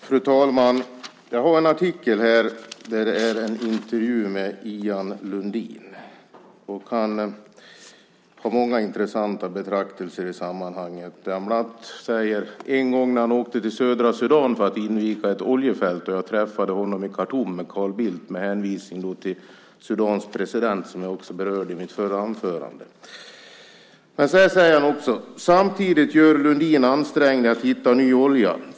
Fru talman! Jag har en artikel här där det är en intervju med Ian Lundin. Han har många intressanta betraktelser i sammanhanget. Bland annat säger han, med hänvisning till Sudans president, att han har träffat honom. En gång träffade han honom när han åkte till södra Sudan för att inviga ett oljefält, och "jag träffade honom i Khartoum med Carl Bildt", säger han. Det är vad jag också berörde i mitt förra anförande. Han säger vidare: "Samtidigt gör Lundin ansträngningar att hitta ny olja.